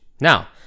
Now